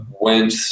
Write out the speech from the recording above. went